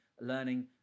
learning